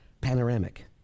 Panoramic